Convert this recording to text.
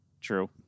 true